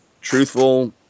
truthful